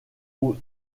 aux